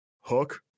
hook